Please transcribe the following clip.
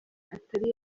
atari